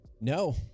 No